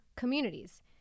communities